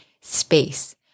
space